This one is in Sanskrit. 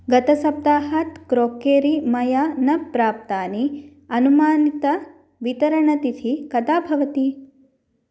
गतसप्ताहात् क्रोकेरी मया न प्राप्तानि अनुमानितवितरणतिथिः कदा भवति